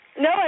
No